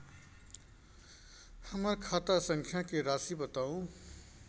हमर खाता संख्या के राशि बताउ